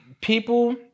people